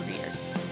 careers